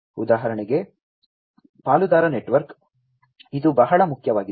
ಉದಾಹರಣೆಗೆ ಪಾಲುದಾರ ನೆಟ್ವರ್ಕ್ ಇದು ಬಹಳ ಮುಖ್ಯವಾಗಿದೆ